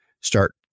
start